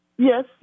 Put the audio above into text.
Yes